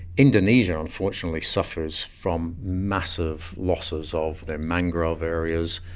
indonesia unfortunately suffers from massive losses of their mangrove areas,